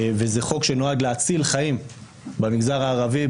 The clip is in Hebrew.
זה חוק שנועד להציל חיים במגזר הערבי,